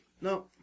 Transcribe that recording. No